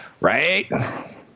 right